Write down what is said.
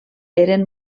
eren